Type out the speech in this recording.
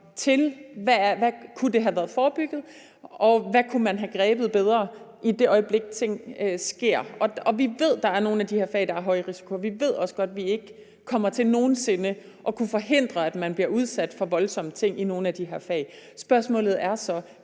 til, hvad der kunne have været forebygget, og hvad man kunne have grebet bedre i det øjeblik, ting sker. Vi ved, der er nogle af de her fag, der er højrisiko, og vi ved også godt, at vi ikke kommer til nogen sinde at kunne forhindre, at man bliver udsat for voldsomme ting i nogle af de her fag. Spørgsmålet er så,